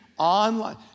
Online